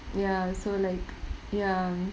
ya so like ya